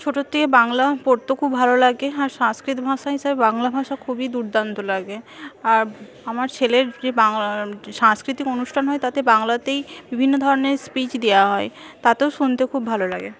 ছোটো থেকে বাংলা পড়তে খুব ভালো লাগে আর সাংস্কৃত ভাষা হিসাবে বাংলা ভাষা খুবই দুর্দান্ত লাগে আমার ছেলের যে বা সাংস্কৃতিক অনুষ্ঠান হয় তাতে বাংলাতেই বিভিন্ন ধরণের স্পিচ দেওয়া হয় তাতেও শুনতে খুব ভালো লাগে